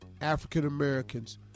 African-Americans